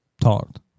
Talked